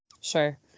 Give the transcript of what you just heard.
Sure